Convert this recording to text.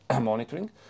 monitoring